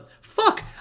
Fuck